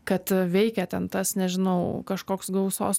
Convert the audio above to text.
kad veikia ten tas nežinau kažkoks gausos